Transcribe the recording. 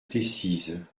decize